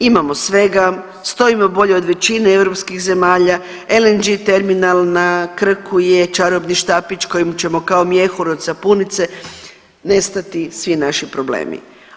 Imamo svega, stojimo bolje od većine EU zemalja, LNG termin na Krku je čarobni štapić kojim ćemo kao mjehur od sapunice nestati svi naši problemi.